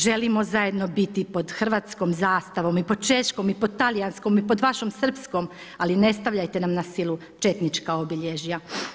Želimo zajedno biti pod Hrvatskom zastavom i pod Češkom i pod Talijanskom i pod vašom Srpskom, ali ne stavljajte nam na silu četnička obilježja.